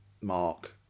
Mark